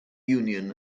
union